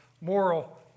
moral